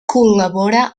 col·labora